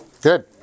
Good